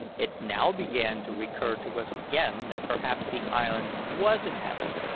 it now began to recur to us again that perhaps the island was inhabited,